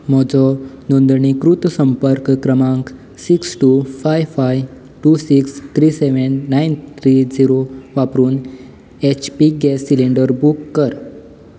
म्हजो नोंदणीकृत संपर्क क्रमांक six two five five two six three seven nine three zero वापरून H P gas cylinder book कर